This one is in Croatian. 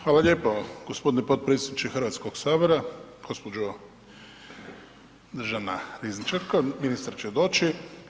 Hvala lijepo gospodine potpredsjedniče Hrvatskoga sabora, gospođo državna rizničarko, ministar će doći.